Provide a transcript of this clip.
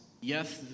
yes